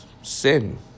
sin